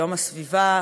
יום הסביבה,